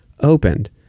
opened